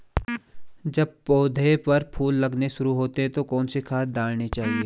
जब पौधें पर फूल लगने शुरू होते हैं तो कौन सी खाद डालनी चाहिए?